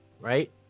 right